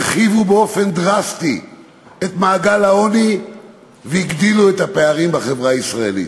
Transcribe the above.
הרחיבו באופן דרסטי את מעגל העוני והגדילו את הפערים בחברה הישראלית.